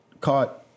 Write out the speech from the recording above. caught